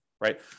right